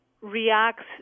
reacts